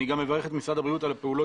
אני גם אברך את משרד הבריאות על הפעולות